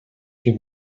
que